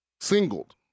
singled